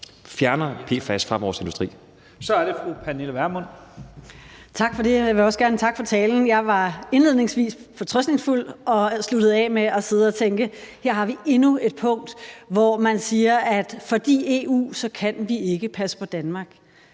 Så er det fru Pernille Vermund. Kl. 12:47 Pernille Vermund (NB): Tak for det, og jeg vil også gerne takke for talen. Jeg var indledningsvis fortrøstningsfuld og sluttede af med at sidde og tænke: Her har vi endnu et punkt, hvor man siger, at på grund af EU kan vi ikke passe på Danmark.